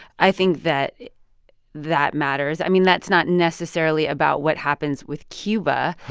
i think that that matters. i mean, that's not necessarily about what happens with cuba.